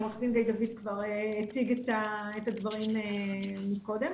עו"ד דוד כבר הציג את הדברים קודם.